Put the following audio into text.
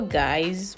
guys